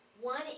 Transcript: one